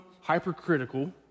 hypercritical